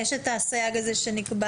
יש את הסייג הזה שנקבע,